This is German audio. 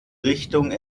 richtung